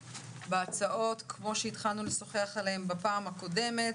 בהצעות כמו שהתחלנו לשוחח עליהן בפעם הקודמת,